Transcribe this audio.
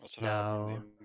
No